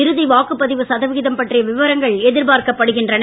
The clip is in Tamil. இறுதி வாக்குப்பதிவு சதவிகிதம் பற்றிய விவரங்கள் எதிர்பார்க்கப்படுகின்றன